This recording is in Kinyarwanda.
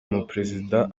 umuperezida